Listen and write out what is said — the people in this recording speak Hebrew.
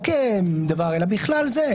לא רק אל זה אלא בכלל זה,